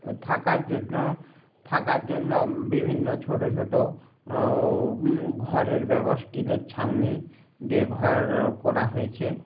থাকার জন্য থাকার জন্য বিভিন্ন ছোটো ছোটো ঘরের ব্যবস্থা টিনের ছাউনি দিয়ে ঘর করা হয়েছে